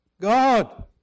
God